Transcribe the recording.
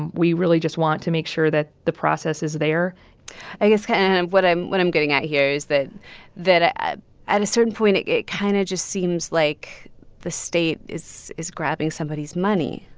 and we really just want to make sure that the process is there i guess what i'm what i'm getting at here is that that ah at at a certain point, it it kind of just seems like the state is is grabbing somebody's money